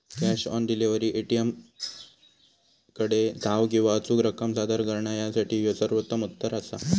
cash on delivery, ए.टी.एमकडे धाव किंवा अचूक रक्कम सादर करणा यासाठी ह्यो सर्वोत्तम उत्तर असा